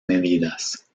medidas